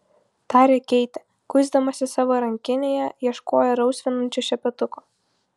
tarė keitė kuisdamasi savo rankinėje ieškojo rausvinančio šepetuko